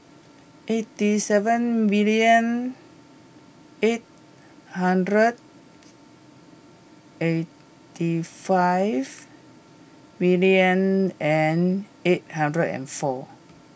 eighty seven million eight hundred eighty five million and eight hundred and four